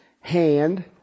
hand